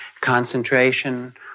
concentration